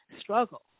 struggle